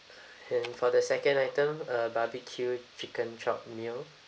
and for the second item a barbeque chicken chop meal